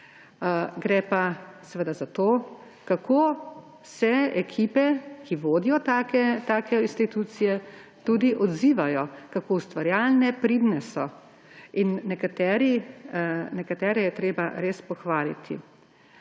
Gre pa seveda za to, kako se ekipe, ki vodijo take institucije, tudi odzivajo, kako ustvarjalne, pridne so, in nekatere je treba res pohvaliti.